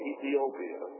Ethiopia